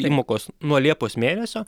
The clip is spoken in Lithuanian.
įmokos nuo liepos mėnesio